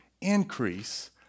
increase